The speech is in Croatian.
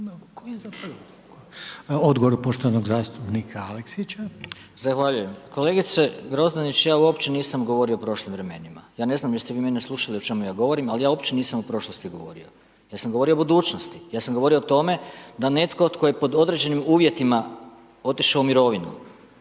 Željko (HDZ)** Odgovor poštovanog zastupnika Aleksića. **Aleksić, Goran (SNAGA)** Zahvaljujem. Kolegice Perić, ja uopće nisam govorio o prošlim vremena. Ja ne znam jeste vi mene slušali o čemu j govorim ali ja uopće nisam o prošlosti govorio, ja sam govorio u budućnosti, ja sam govorio o tome da netko tko je pod određenim uvjetima otišao u mirovinu,